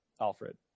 Alfred